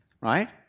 right